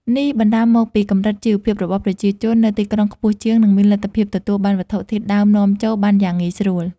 នេះបណ្ដាលមកពីកម្រិតជីវភាពរបស់ប្រជាជននៅទីក្រុងខ្ពស់ជាង និងមានលទ្ធភាពទទួលបានវត្ថុធាតុដើមនាំចូលបានយ៉ាងងាយស្រួល។